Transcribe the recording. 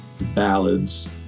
ballads